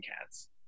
cats